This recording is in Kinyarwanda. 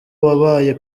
wabaye